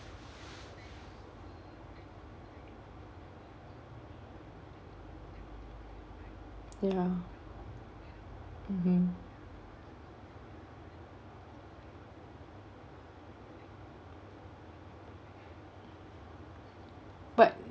ya mmhmm but